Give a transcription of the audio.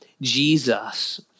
Jesus